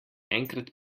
enkrat